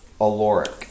Aloric